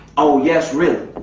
oh yes really.